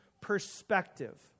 perspective